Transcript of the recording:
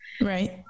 Right